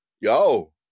Yo